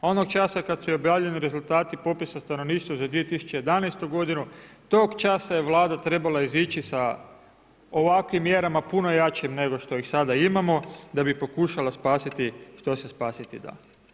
Onog časa kada su objavljeni rezultati popisa stanovništva za 2011. godinu tog časa je Vlada trebala izići sa ovakvim mjerama, puno jačim nego što ih sada imamo da bi pokušala spasiti što se spasiti da.